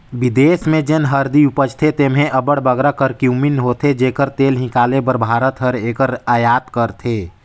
बिदेस में जेन हरदी उपजथे तेम्हें अब्बड़ बगरा करक्यूमिन होथे जेकर तेल हिंकाले बर भारत हर एकर अयात करथे